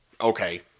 Okay